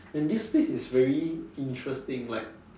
and this place is very interesting like